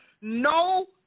No